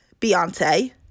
Beyonce